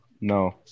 No